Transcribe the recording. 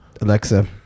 alexa